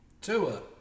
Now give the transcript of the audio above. Tua